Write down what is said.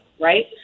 right